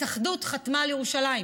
ההתאחדות חתמה על ירושלים.